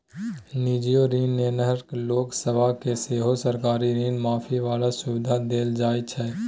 निजीयो ऋण नेनहार लोक सब केँ सेहो सरकारी ऋण माफी बला सुविधा देल जाइ छै